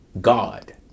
God